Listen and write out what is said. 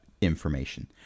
information